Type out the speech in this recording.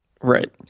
Right